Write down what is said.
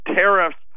tariffs